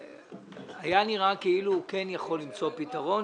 היה נראה כאילו הוא כן יכול למצוא פתרון.